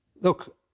Look